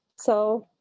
so,